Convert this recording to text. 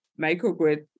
microgrid